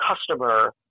customer